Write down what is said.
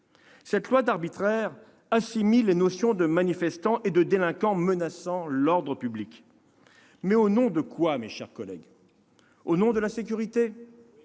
Cette loi d'arbitraire assimile les notions de manifestants et de délinquants menaçant l'ordre public. Mais au nom de quoi, mes chers collègues ? Au nom de la sécurité ?